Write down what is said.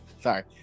sorry